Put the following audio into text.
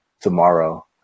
tomorrow